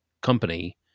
company